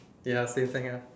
ya same thing ah